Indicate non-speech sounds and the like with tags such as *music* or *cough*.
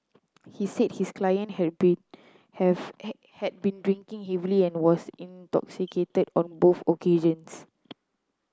he said his client had been have *unintelligible* had been drinking heavily and was intoxicated on both occasions